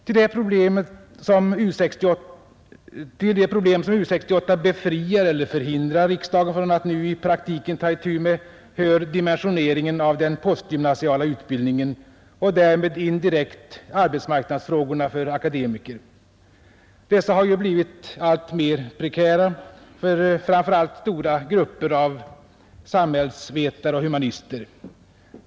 Till de problem som U 68 befriar eller förhindrar riksdagen från att nu i praktiken ta itu med hör dimensioneringen av den postgymnasiala utbildningen och därmed indirekt arbetsmarknadsfrågorna för akademiker. Dessa har ju blivit alltmer prekära för framför allt stora grupper av samhällsvetare och humanister.